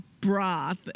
broth